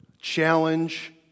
challenge